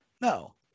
No